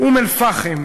באום-אלפחם,